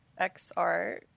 XR